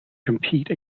compete